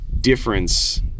difference